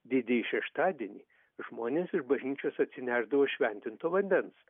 didįjį šeštadienį žmonės iš bažnyčios atsinešdavo šventinto vandens